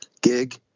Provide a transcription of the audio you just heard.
gig